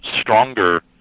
stronger